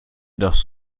das